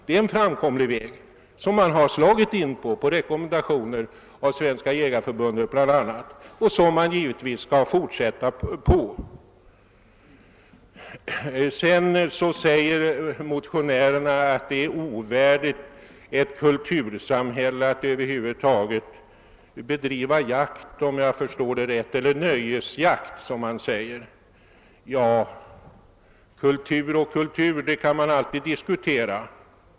Det är en framkomlig väg, som man har slagit in på, bl.a. på rekommendation från Svenska jägareförbundet, och den skall man givetvis fortsätta på. Motionärerna anser att det är ovärdigt att i ett kultursamhälle bedriva nöjesjakt. Kultur kan man alltid diskutera.